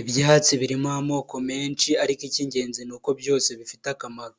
Ibyatsi birimo amoko menshi ariko icy'ingenzi ni uko byose bifite akamaro.